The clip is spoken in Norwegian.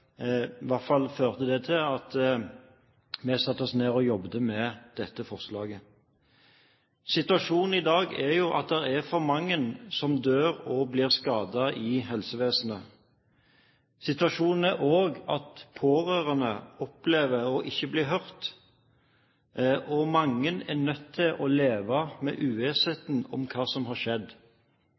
hvert fall til at vi satte oss ned og jobbet med dette forslaget. Situasjonen i dag er jo at det er for mange som dør og blir skadet i helsevesenet. Situasjonen er også at pårørende opplever å ikke bli hørt. Mange er nødt til å leve med uvissheten om hva som er skjedd.